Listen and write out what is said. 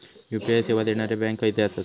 UPI सेवा देणारे bank खयचे आसत?